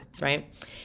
right